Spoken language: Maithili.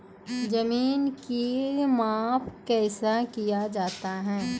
जमीन की माप कैसे किया जाता हैं?